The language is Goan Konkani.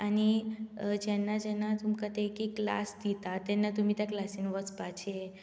आनी जेन्ना जेन्ना तुमकां ते एके क्लास दिता तेन्ना तुमी त्या क्लासींत वचपाचें